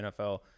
NFL